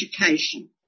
Education